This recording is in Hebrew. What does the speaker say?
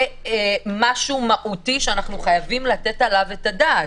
זה משהו מהותי שאנו חייבים לתת עליו את הדעת.